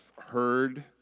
heard